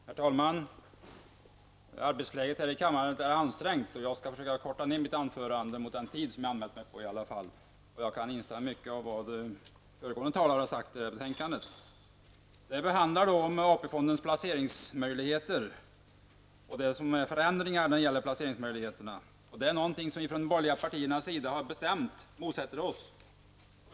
Herr talman! Arbetsläget här i kammaren är ansträngt. Jag skall i varje fall försöka göra mitt anförande kortare än den tid som jag har anmält. Jag kan instämma i mycket av det som föregående talare sade om detta betänkande. Betänkandet behandlar AP-fondernas placeringsmöjligheter och förändringar när det gäller placeringsmöjligheterna. Vi i de borgerliga partierna motsätter oss detta bestämt.